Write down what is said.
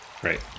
Great